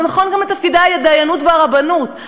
וזה נכון גם לתפקידי הדיינות והרבנות.